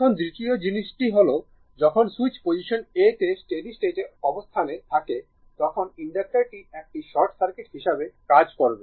এখন দ্বিতীয় জিনিসটি হল যখন সুইচ পজিশন a তে স্টেডি স্টেট অবস্থাতে থাকে তখন ইনডাক্টরটি একটি শর্ট সার্কিট হিসাবে কাজ করবে